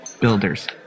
builders